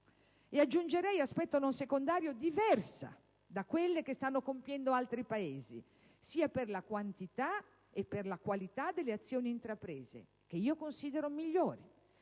E aggiungerei, aspetto non secondario, diversa da quelle che stanno compiendo altri Paesi, sia per la quantità che per la qualità delle azioni intraprese, che io considero migliori,